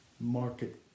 market